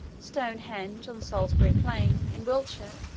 stonehenge, on salisbury plain, in wiltshire,